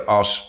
als